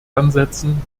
ansetzen